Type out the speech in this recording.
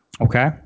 Okay